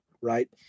right